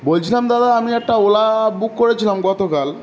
বলছিলাম দাদা আমি একটা ওলা বুক করেছিলাম গতকাল